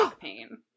pain